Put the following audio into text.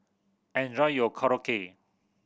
enjoy your Korokke